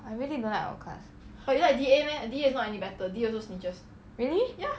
I really don't like our class really